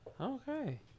Okay